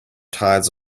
tides